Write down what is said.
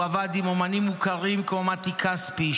הוא עבד עם אומנים מוכרים כמו מתי כספי,